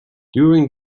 during